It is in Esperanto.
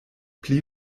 pli